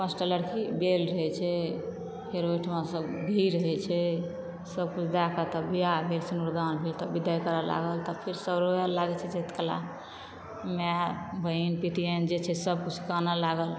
पाँच टा लकड़ी बेल रहै छै फेर ओहिठामा सॅं भीड़ रहै छै सब किछु दैके तब बियाह भेल सिंदूरदान भेल तब बिदाई करय लागल फेर सब रोए लागै छै जाइत कला माय बहीन पितियान जे छै से सब किछु कानऽ लागल